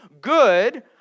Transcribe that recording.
good